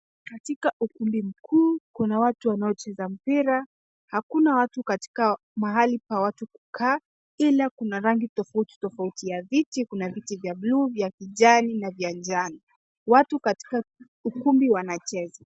Katika ukumbi mkuu kuna watu wanaocheza. Hakuna watu katika mahali pa watu kukaa ila kuna rangi tofauti tofauti ya viti. Kuna viti vya buluu, vya kijani na vya njano. Watu katika ukumbi wanacheza.